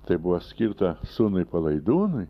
tai buvo skirta sūnui palaidūnui